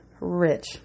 rich